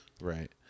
right